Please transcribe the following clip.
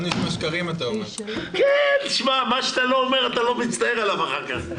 מה שאתה לא אומר, אתה לא מצטער עליו אחר כך.